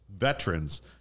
veterans